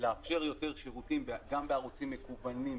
לאפשר יותר שירותים גם בערוצים מקוונים,